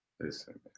Listen